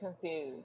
confused